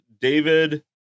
David